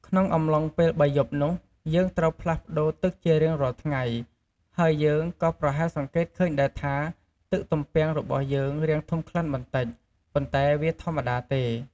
ក្នុងអំឡុងពេល៣យប់នោះ យើងត្រូវផ្លាស់ប្តូរទឹកជារៀងរាល់ថ្ងៃ ហើយយើងក៏ប្រហែលសង្កេតឃើញដែរថា ទឹកទំពាំងរបស់យើងរាងធំក្លិនបន្តិច ប៉ុន្តែវាធម្មតាទេ។